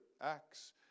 acts